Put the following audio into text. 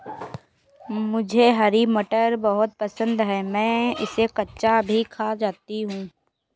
मुझे हरी मटर बहुत पसंद है मैं इसे कच्चा भी खा जाती हूं